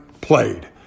played